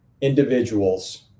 individuals